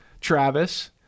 Travis